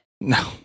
No